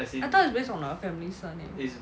I thought is based on the family surname